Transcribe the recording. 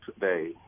today